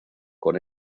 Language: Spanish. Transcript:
con